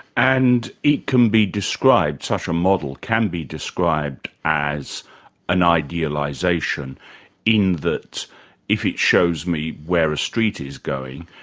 and it can be described, such a model, can be described as an idealisation in that if it shows me where a street is going,